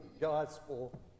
gospel